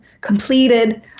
completed